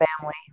family